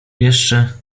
jeszcze